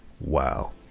wow